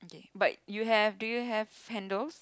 but you have do you have handles